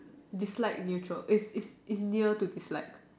dislike neutral it's it's in near to dislike